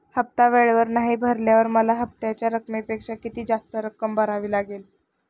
हफ्ता वेळेवर नाही भरल्यावर मला हप्त्याच्या रकमेपेक्षा किती जास्त रक्कम भरावी लागेल?